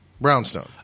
Brownstone